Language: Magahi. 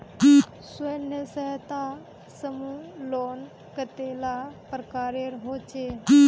स्वयं सहायता समूह लोन कतेला प्रकारेर होचे?